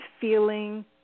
feeling